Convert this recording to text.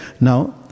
now